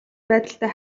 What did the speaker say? байдалтай